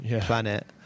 planet